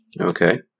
Okay